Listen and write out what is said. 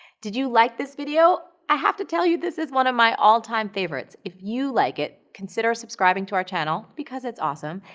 did you like this video? i have to tell you, this is one of my all time favorites. if you like it, consider subscribing to our channel, because it's awesome,